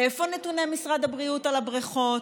איפה נתוני משרד הבריאות על הבריכות?